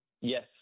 Yes